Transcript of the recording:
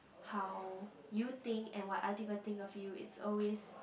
how you think and what other people think of you it's always